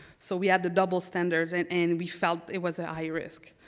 so we have the double standards and and we felt it was a high risk.